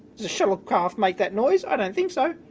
does a shuttlecraft make that noise? i don't think so!